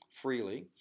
freely